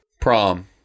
prom